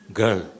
girl